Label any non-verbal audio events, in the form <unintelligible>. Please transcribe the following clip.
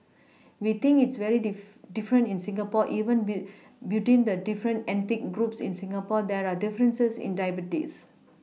we think it's very <unintelligible> different in Singapore even be between the different ethnic groups in Singapore there are differences in diabetes